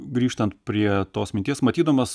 grįžtant prie tos minties matydamas